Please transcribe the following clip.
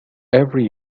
every